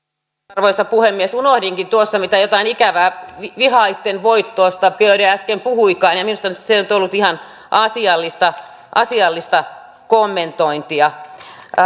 arvoisa puhemies unohdinkin mitä jotain ikävää vihaisten voitosta biaudet äsken puhuikaan minusta se nyt ei ollut ihan asiallista asiallista kommentointia